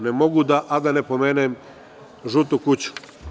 Ne mogu, a da ne pomenem „žutu kuću“